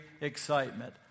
excitement